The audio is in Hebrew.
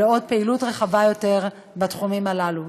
לעוד פעילות רחבה יותר בתחומים הללו.